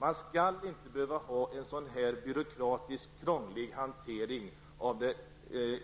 Det skall inte behöva vara en sådan byråkratisk, krånglig hantering av